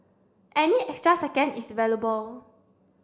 any extra second is valuable